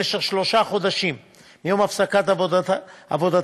במשך שלושה חודשים מיום הפסקת עבודתם,